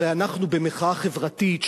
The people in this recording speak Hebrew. הרי אנחנו במחאה חברתית,